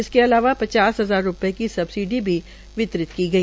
इसके अलावा पचास हजार रूपये की सबसिडी भी वितरित की गई